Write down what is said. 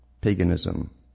Paganism